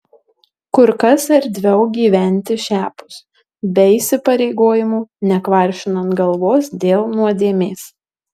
kur kas erdviau gyventi šiapus be įsipareigojimų nekvaršinant galvos dėl nuodėmės